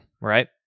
right